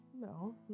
no